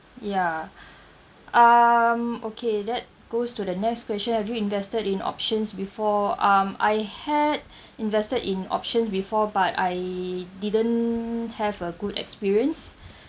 ya um okay that goes to the next question have you invested in options before um I had invested in options before but I didn't have a good experience